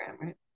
right